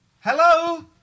Hello